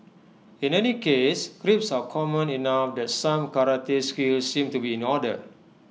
in any case creeps are common enough that some karate skills seem to be in order